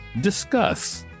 Discuss